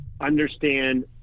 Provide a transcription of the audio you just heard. understand